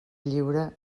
lliure